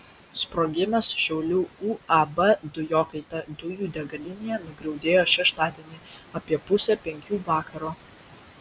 sprogimas šiaulių uab dujokaita dujų degalinėje nugriaudėjo šeštadienį apie pusę penkių vakaro